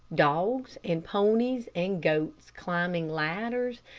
dogs, and ponies, and goats climbing ladders,